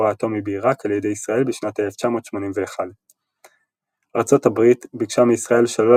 האטומי בעיראק על ידי ישראל בשנת 1981. ארצות הברית ביקשה מישראל שלא